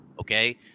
okay